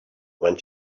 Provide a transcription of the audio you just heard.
when